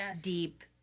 deep